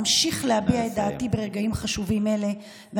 אמשיך להביע את דעתי ברגעים חשובים אלה.